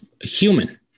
human